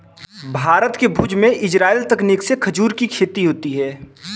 भारत के भुज में इजराइली तकनीक से खजूर की खेती होती है